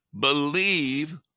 Believe